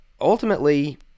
Ultimately